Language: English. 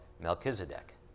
Melchizedek